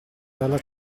dalla